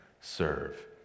serve